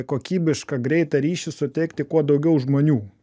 kokybišką greitą ryšį suteikti kuo daugiau žmonių